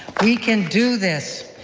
we can do this.